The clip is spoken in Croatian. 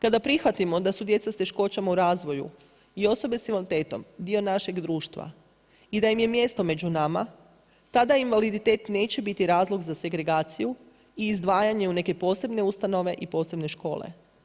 Kada prihvatimo da su djeca s teškoćama u razvoju i osobe s invaliditetom dio našeg društva i da im je mjesto među nama, tada invaliditet neće biti razlog za segregaciju i izdvajanje u neke posebne ustanove i posebne škole.